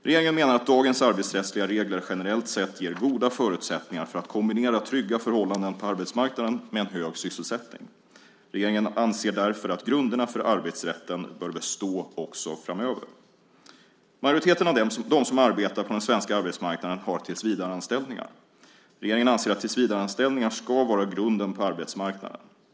Regeringen menar att dagens arbetsrättsliga regler generellt sett ger goda förutsättningar för att kombinera trygga förhållanden på arbetsmarknaden med en hög sysselsättning. Regeringen anser därför att grunderna för arbetsrätten bör bestå också framöver. Majoriteten av dem som arbetar på den svenska arbetsmarknaden har tillsvidareanställningar. Regeringen anser att tillsvidareanställningar ska vara grunden på arbetsmarknaden.